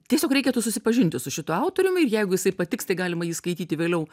tiesiog reikėtų susipažinti su šituo autoriumi ir jeigu jisai patiks tai galima jį skaityti vėliau